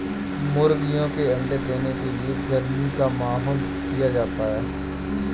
मुर्गियों के अंडे देने के लिए गर्मी का माहौल दिया जाता है